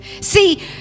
See